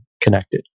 connected